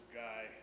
guy